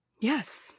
yes